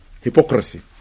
Hypocrisy